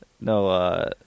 No